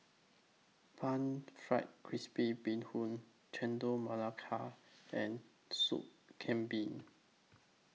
Pan Fried Crispy Bee Hoon Chendol Melaka and Soup Kambing